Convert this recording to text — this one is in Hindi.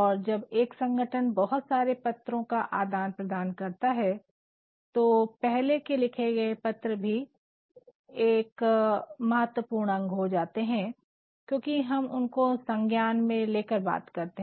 और जब एक संगठन बहुत सारे पत्रों का आदान प्रदान करता है तो पहले के लिखे गए पत्र भी महतवपूर्ण हो जाते है क्योकि हम उनको सज्ञान में लेकर बात करते